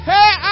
Hey